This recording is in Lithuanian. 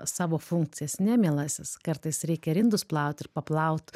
savo funkcijas ne mielasis kartais reikia ir indus plaut ir paplaut